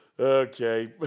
Okay